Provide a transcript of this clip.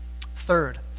Third